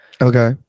Okay